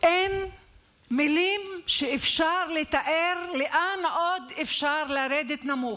אין מילים שיכולות לתאר לאן עוד אפשר לרדת נמוך.